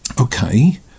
Okay